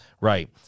Right